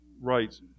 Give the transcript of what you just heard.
right